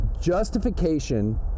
Justification